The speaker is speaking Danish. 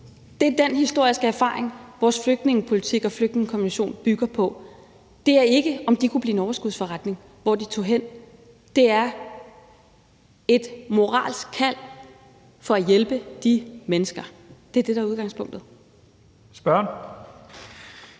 Det er dén historiske erfaring, vores flygtningepolitik og flygtningekonvention bygger på. Det er ikke, om de kunne blive en overskudsforretning der, hvor de tog hen. Det er et moralsk kald til at hjælpe de mennesker. Det er det, der er udgangspunktet. Kl.